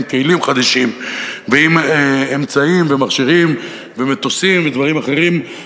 כלים חדשים ועם אמצעים ומכשירים ומטוסים ודברים אחרים,